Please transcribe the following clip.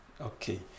Okay